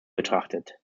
betrachtet